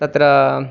तत्र